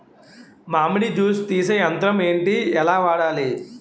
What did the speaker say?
మామిడి జూస్ తీసే యంత్రం ఏంటి? ఎలా వాడాలి?